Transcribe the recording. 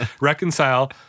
reconcile